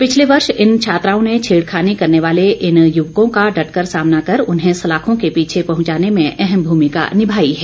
पिछले वर्ष इन छात्राओं ने छेड़खानी करने वाले इन युवकों का डटकर सामना कर उन्हें सलाखों के पीछे पहुंचाने में अहम भूमिका निभाई है